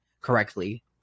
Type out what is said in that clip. correctly